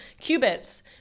qubits